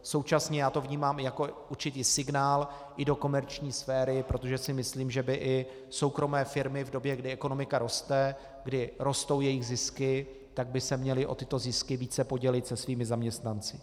Současně to vnímám i jako určitý signál i do komerční sféry, protože si myslím, že by i soukromé firmy v době, kdy ekonomika roste, kdy rostou její zisky, tak by se měly o tyto zisky více podělit se svými zaměstnanci.